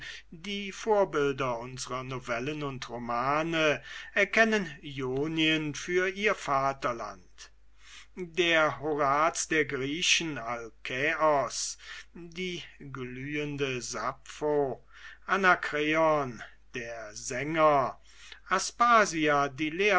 die vorbilder unsrer novellen und romanen erkennen ionien für ihr vaterland der horaz der griechen alcäus die glühende sappho anakreon der sänger